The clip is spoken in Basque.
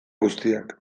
guztiak